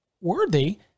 worthy